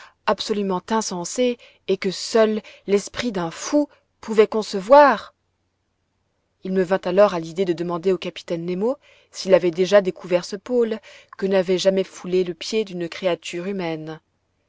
absolument insensée et que seul l'esprit d'un fou pouvait concevoir il me vint alors à l'idée de demander au capitaine nemo s'il avait déjà découvert ce pôle que n'avait jamais foulé le pied d'une créature humaine